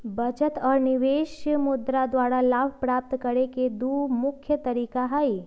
बचत आऽ निवेश मुद्रा द्वारा लाभ प्राप्त करेके दू मुख्य तरीका हई